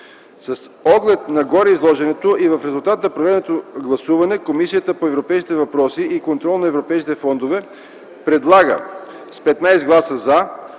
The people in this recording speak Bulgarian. С оглед на гореизложеното и в резултат на проведеното гласуване, Комисията по европейските въпроси и контрол на европейските фондове предлага с 15 гласа „за”